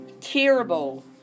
Terrible